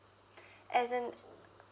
as in